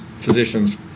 physicians